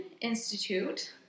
Institute